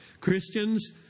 Christians